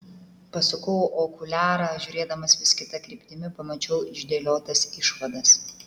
pasukau okuliarą žiūrėdamas vis kita kryptimi pamačiau išdėliotas išvadas